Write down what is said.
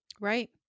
Right